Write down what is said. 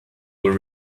will